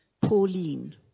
Pauline